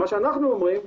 אנחנו אומרים: